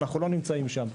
אנחנו לא נמצאים כאן.